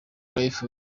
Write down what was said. life